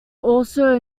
also